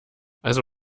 also